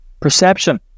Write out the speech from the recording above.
Perception